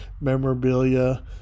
memorabilia